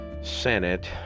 senate